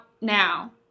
now